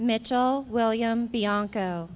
mitchell william bianco